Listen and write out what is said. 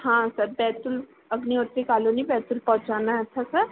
हाँ सर बैतूल अग्नि रोड से कालुनी बैतूल पहुँचाना है अच्छा सर